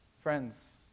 Friends